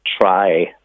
try